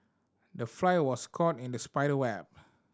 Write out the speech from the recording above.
the fly was caught in the spider web